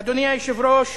אדוני היושב-ראש,